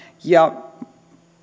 ja